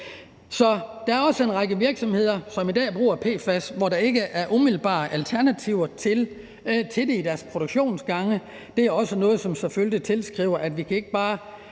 Så er der også en række virksomheder, som i dag bruger PFAS, og som ikke har umiddelbare alternativer til det i deres produktionsgange. Det er også noget, som selvfølgelig tilskynder til, at vi ikke bare kan